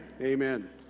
amen